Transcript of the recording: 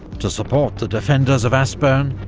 to support the defenders of aspern,